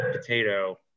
potato